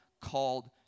called